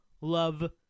love